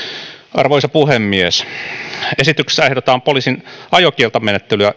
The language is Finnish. arvoisa puhemies esityksessä ehdotetaan poliisin ajokieltomenettelyä